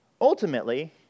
ultimately